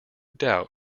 doubt